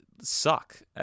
suck